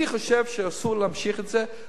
אני חושב שאסור להמשיך את זה.